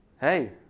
Hey